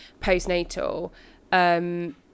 postnatal